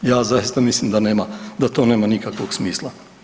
Ja zaista mislim da to nema nikakvog smisla.